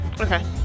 Okay